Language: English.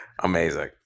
Amazing